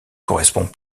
correspond